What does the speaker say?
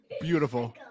beautiful